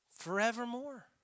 forevermore